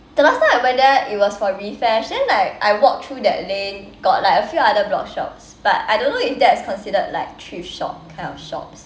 the last time I went there it was for refash then like I walked through that lane got like a few other blogshops but I don't know if that's considered like thrift shop kind of shops